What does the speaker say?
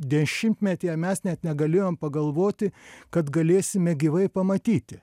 dešimtmetyje mes net negalėjom pagalvoti kad galėsime gyvai pamatyti